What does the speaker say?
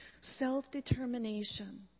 Self-determination